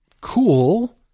cool